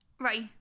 right